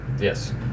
Yes